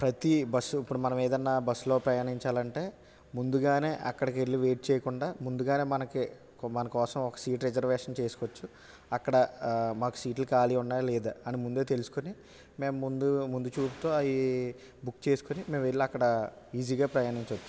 ప్రతి బస్సు ఇప్పుడు మనం ఏదైనా బస్సులో ప్రయాణించాలంటే ముందుగానే అక్కడికి వెళ్ళి వెయిట్ చేయకుండా ముందుగానే మనకి మన కోసం ఒక సీట్ రిజర్వేషన్ చేసుకోవచ్చు అక్కడ మాకు సీట్లు ఖాళీ ఉన్నాయా లేదా అని ముందే తెలుసుకొని మేము ముందు ముందు చూపుతో అవి బుక్ చేసుకుని మేము వెళ్ళి అక్కడ ఈజీగా ప్రయాణించవచ్చు